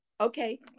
Okay